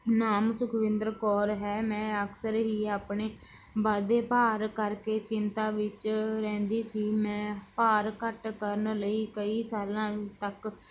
ਨਾਮ ਸੁਖਵਿੰਦਰ ਕੌਰ ਹੈ ਮੈਂ ਅਕਸਰ ਹੀ ਆਪਣੇ ਵੱਧਦੇ ਭਾਰ ਕਰਕੇ ਚਿੰਤਾ ਵਿੱਚ ਰਹਿੰਦੀ ਸੀ ਮੈਂ ਭਾਰ ਘੱਟ ਕਰਨ ਲਈ ਕਈ ਸਾਲਾਂ ਤੱਕ